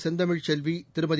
Senthamizhselvi Thirumathi